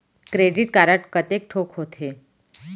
Credit card कतेक ठोक होथे?